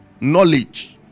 knowledge